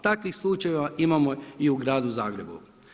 Takvih slučajeva imamo i u gradu Zagrebu.